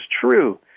true